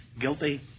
guilty